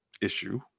issue